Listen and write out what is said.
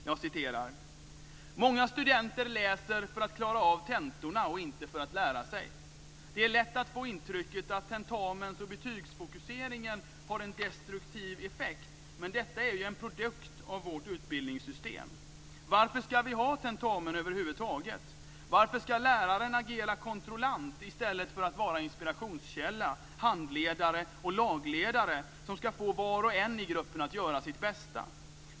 Jag citerar: "Många studenter läser för att klara av tentorna och inte för att lära sig. Det är lätt att få intrycket att tentamens och betygsfokuseringen har en destruktiv effekt, men detta är ju en produkt av vårt utbildningssystem. Varför ska vi ha tentamen överhuvudtaget? Varför ska läraren agera kontrollant i stället för att vara inspirationskälla, handledare och lagledare som ska få var och en i gruppen att göra sitt bästa?